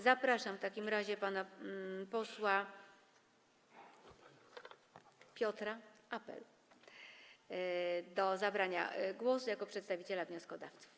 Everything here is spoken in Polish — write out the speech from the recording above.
Zapraszam w takim razie pana posła Piotra Apela do zabrania głosu jako przedstawiciela wnioskodawców.